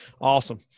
awesome